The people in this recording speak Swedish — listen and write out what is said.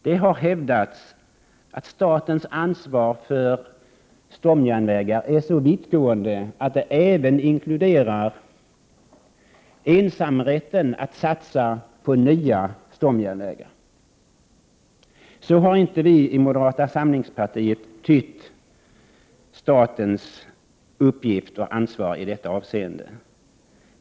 Det har hävdats att statens ansvar för stomjärnvägarna är så vittgående att det även inkluderar ensamrätten att satsa på nya stomjärnvägar. Så har inte vi i moderata samlingspartiet tytt statens uppgift och ansvar i detta avseende.